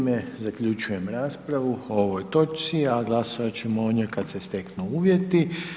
Time zaključujem raspravu o ovoj točci, a glasovat ćemo o njoj kad se steknu uvjeti.